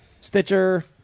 Stitcher